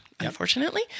unfortunately